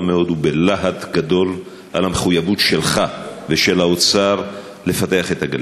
מאוד ובלהט גדול על המחויבות שלך ושל האוצר לפתח את הגליל.